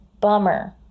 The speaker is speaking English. bummer